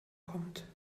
kommt